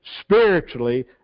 spiritually